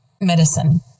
medicine